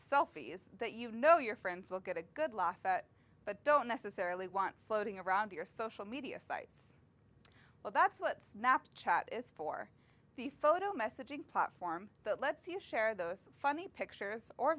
selfies that you know your friends will get a good laugh at but don't necessarily want floating around your social media sites well that's what snap chat is for the photo messaging platform that lets you share those funny pictures or